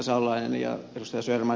salolainen ja ed